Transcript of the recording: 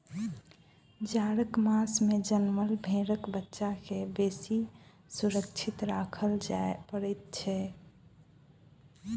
जाड़क मास मे जनमल भेंड़क बच्चा के बेसी सुरक्षित राखय पड़ैत छै